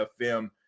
FM